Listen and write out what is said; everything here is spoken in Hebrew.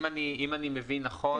אם אני מבין נכון